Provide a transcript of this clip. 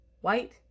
white